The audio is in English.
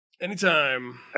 Anytime